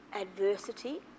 adversity